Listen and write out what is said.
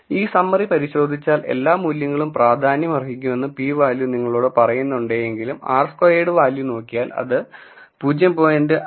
ഈ സമ്മറി പരിശോധിച്ചാൽ എല്ലാ മൂല്യങ്ങളും പ്രാധാന്യമർഹിക്കുന്നുവെന്ന് p വാല്യൂ നിങ്ങളോട് പറയുന്നുണ്ടെങ്കിലും r സ്ക്വയേഡ് വാല്യൂ നോക്കിയാൽ അത് 0